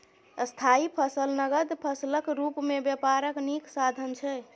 स्थायी फसल नगद फसलक रुप मे बेपारक नीक साधन छै